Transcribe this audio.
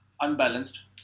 unbalanced